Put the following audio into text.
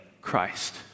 Christ